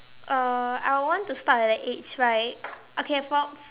uh I would want to start at the age right okay from